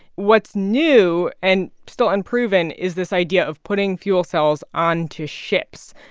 what's new and still unproven is this idea of putting fuel cells onto ships.